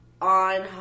on